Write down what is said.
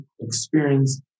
experience